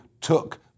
took